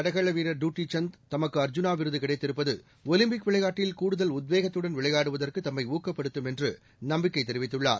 இந்தியாவின் தடகளவீரர் டுட்டிசந்த் தனக்கு அர்ஜூனா விருதுகிடைத்திருப்பதுஒலிம்பிக் விளையாட்டில் கூடுதல் உத்வேகத்துடன் விளையாடுவதற்குதம்மைஊக்கப்படுத்தும் என்றுநம்பிக்கைதெரிவித்துள்ளார்